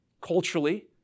culturally